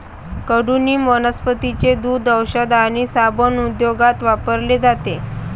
कडुनिंब वनस्पतींचे दूध, औषध आणि साबण उद्योगात वापरले जाते